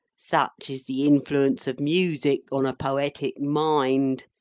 such is the influence of music on a poetic mind.